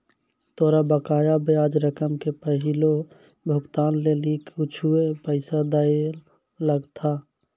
तोरा बकाया ब्याज रकम के पहिलो भुगतान लेली कुछुए पैसा दैयल लगथा